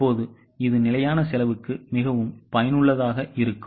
இப்போது இது நிலையானசெலவுக்குமிகவும் பயனுள்ளதாக இருக்கும்